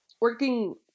working